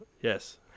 Yes